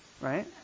right